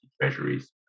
treasuries